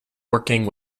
working